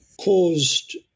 caused